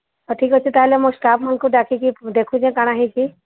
ହଉ ଠିକ୍ ଅଛି ତାହାଲେ ମୁଁ ଷ୍ଟାଫମାନଙ୍କୁ ଡାକିକି ଦେଖୁଛି କ'ଣ ହୋଇଛି